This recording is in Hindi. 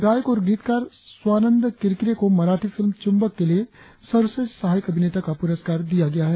गायक और गीतकार स्वानंद किरकिरे को मराठी फिल्म चुम्बक के लिए सर्वश्रेष्ठ सहायक अभिनेता का पुरस्कार दिया गया है